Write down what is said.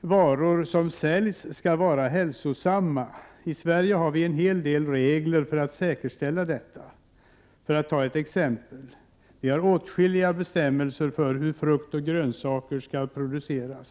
varor som säljs skall vara hälsosamma. I Sverige har vi en hel del regler för att säkerställa detta. För att ta ett exempel har vi åtskilliga bestämmelser för hur frukt och grönsaker skall produceras.